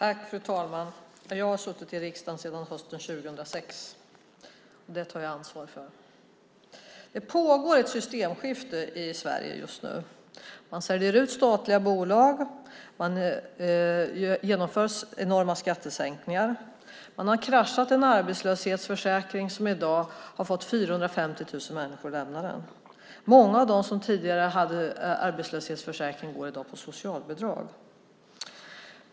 Fru talman! Jag har suttit i riksdagen sedan hösten 2006. Det tar jag ansvar för. Det pågår ett systemskifte i Sverige just nu. Man säljer ut statliga bolag. Man genomför enorma skattesänkningar. Man har kraschat en arbetslöshetsförsäkring, vilket i dag har fått 450 000 människor att lämna den. Många av dem som tidigare hade arbetslöshetsförsäkring går i dag på socialbidrag.